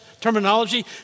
terminology